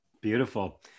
Beautiful